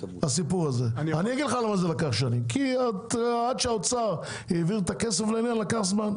אני אגיד לך: כי עד שהאוצר העביר את הכסף לעניין לקח זמן,